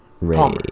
ray